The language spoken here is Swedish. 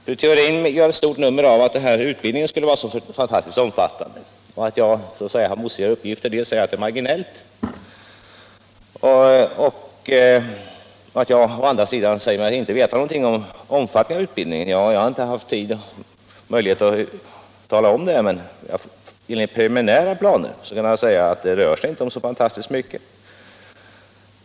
Fru Theorin vill göra ett stort nummer av att utbildningen skulle vara så fantastiskt omfattande och av att jag skulle lämna motstridande uppgifter — dels säger jag att utbildningen är marginell, dels säger jag mig inte veta någonting om utbildningens omfattning. Jag har inte haft tid och möjlighet att redovisa detta, men jag kan säga att det enligt preliminära planer inte rör sig om så fantastiskt mycket.